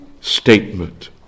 statement